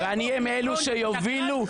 ואני אהיה מאלה שיובילו --- אתה משקר,